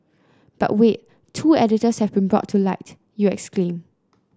but wait two editors have been brought to light you exclaim